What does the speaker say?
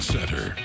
Center